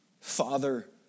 Father